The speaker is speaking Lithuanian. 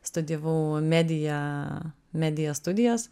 studijavau mediją medijos studijas